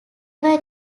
were